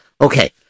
Okay